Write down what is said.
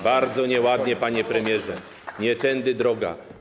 Bardzo nieładnie, panie premierze, nie tędy droga.